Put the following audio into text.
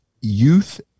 youth